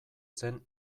zen